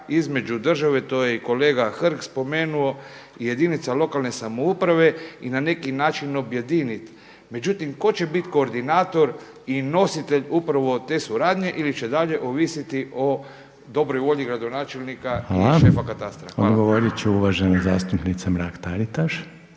između države, to je i kolega Hrg spomenuo, jedinica lokalne samouprave i na neki način objediniti. Međutim, tko će biti koordinator i nositelj upravo te suradnje ili će i dalje ovisiti o dobroj volji gradonačelnika i šefa katastra. **Reiner, Željko (HDZ)** Hvala. Odgovorit će uvažena zastupnika Mrak Taritaš.